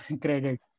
credit